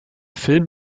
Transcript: film